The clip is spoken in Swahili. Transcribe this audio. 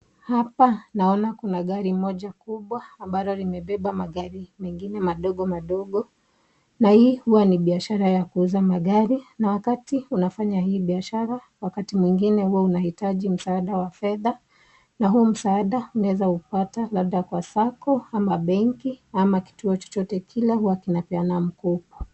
Hapa naona kuna gari moja kubwa ambalo limebeba magari mengine madogo madogo. Na hii huwa ni biashara ya kuuza magari na wakati unafanya hii biashara, wakati mwingine huwa unahitaji ms